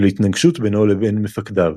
ולהתנגשות בינו לבין מפקדיו